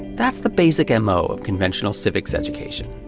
that's the basic m o. of conventional civics education.